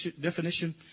definition